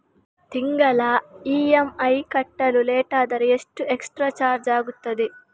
ತಿಂಗಳ ಇ.ಎಂ.ಐ ಕಟ್ಟಲು ಲೇಟಾದರೆ ಎಷ್ಟು ಎಕ್ಸ್ಟ್ರಾ ಚಾರ್ಜ್ ಆಗುತ್ತದೆ?